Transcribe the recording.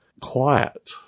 quiet